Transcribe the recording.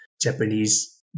Japanese